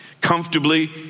Comfortably